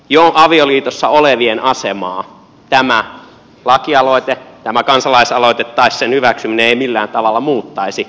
jo avioliitossa olevien asemaa tämä kansalaisaloite tai sen hyväksyminen ei millään tavalla muuttaisi